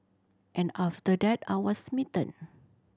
and after that I was smitten